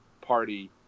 party